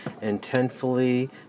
intentfully